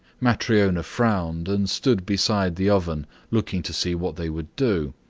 matryona frowned, and stood beside the oven looking to see what they would do.